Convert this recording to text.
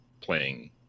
playing